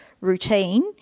routine